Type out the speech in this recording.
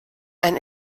ein